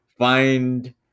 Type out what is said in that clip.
Find